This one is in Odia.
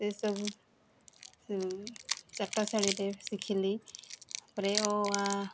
ସେସବୁ ଚାଟଶାଳୀରେ ଶିଖିଲି ତାପରେ ଅ ଆ